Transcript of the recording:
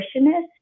nutritionist